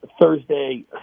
Thursday